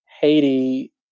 Haiti